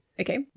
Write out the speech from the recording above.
okay